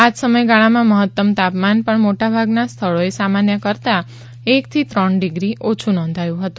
આજ સમયગાળામાં મહત્તમ તાપમાન પણ મોટાભાગના સ્થળોએ સામાન્ય કરતાં એકથી ત્રણ ડિગ્રી ઓછું નોંધાયું હતું